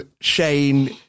Shane